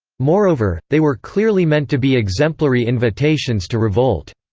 moreover, they were clearly meant to be exemplary invitations to revolt.